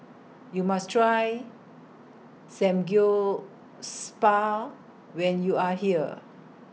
YOU must Try Samgyeospal when YOU Are here